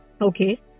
Okay